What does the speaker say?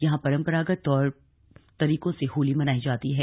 यहां परपरांगत तौर तरीकों से होली मनाई जाती है